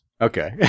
Okay